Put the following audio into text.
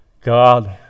God